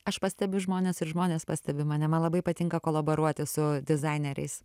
aš pastebiu žmones ir žmonės pastebi mane man labai patinka kolaboruoti su dizaineriais